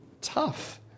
tough